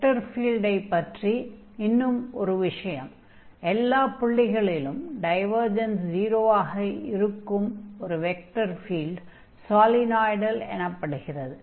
vector ஃபீல்டை பற்றி இன்னும் ஒரு விஷயம் எல்லாப் புள்ளிகளிலும் டைவர்ஜன்ஸ் 0 ஆக இருக்கும் ஒரு வெக்டர் ஃபீல்ட் v சாலினாய்டல் எனப்படுகிறது